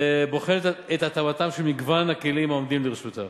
ובוחנת את התאמתם של מגוון הכלים העומדים לרשותה,